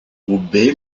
groupe